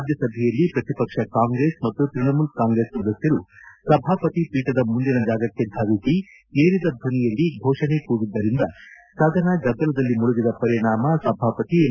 ರಾಜ್ಯಸಭೆಯಲ್ಲಿ ಪ್ರತಿಪಕ್ಷ ಕಾಂಗ್ರೆಸ್ ಮತ್ತು ತೃಣಮೂಲ ಕಾಂಗ್ರೆಸ್ ಸದಸ್ನರು ಸಭಾಪತಿ ಪೀಠದ ಮುಂದಿನ ಜಾಗಕ್ಕೆ ಧಾವಿಸಿ ಏರಿದ ಧ್ವನಿಯಲ್ಲಿ ಘೋಷಣೆ ಕೂಗಿದ್ದರಿಂದ ಸದನ ಗದ್ದಲದಲ್ಲಿ ಮುಳುಗಿದ ಪರಿಣಾಮ ಸಭಾಪತಿ ಎಂ